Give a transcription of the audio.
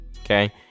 okay